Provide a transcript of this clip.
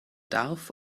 darf